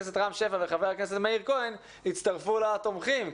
הכנסת רם שפע ומאיר כהן יצטרפו גם לתומכים.